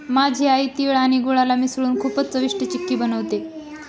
माझी आई तिळ आणि गुळाला मिसळून खूपच चविष्ट चिक्की बनवते